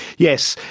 yes.